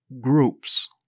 groups